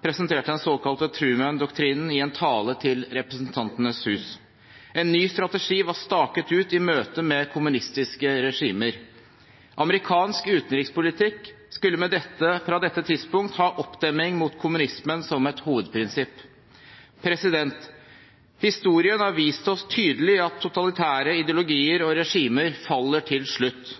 presenterte den såkalte Trumandoktrinen i en tale til Representantenes hus. En ny strategi var staket ut i møte med kommunistiske regimer. Amerikansk utenrikspolitikk skulle med dette fra dette tidspunkt ha oppdemming mot kommunismen som et hovedprinsipp. Historien har vist oss tydelig at totalitære ideologier og regimer faller til slutt.